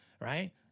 right